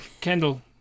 Kendall